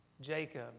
Jacob